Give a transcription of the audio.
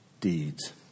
deeds